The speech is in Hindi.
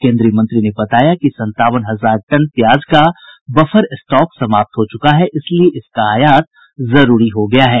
केन्द्रीय मंत्री ने बताया कि संतावन हजार टन प्याज का बफर स्टॉक समाप्त हो चुका है इसलिए इसका आयात जरूरी हो गया है